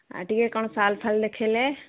ଆଉ ଟକିଏ କ'ଣ ସାଲ୍ ଫାଲ୍ ଦେଖାଇଲେ